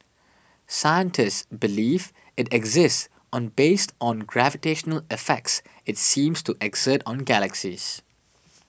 scientists believe it exists on based on gravitational effects it seems to exert on galaxies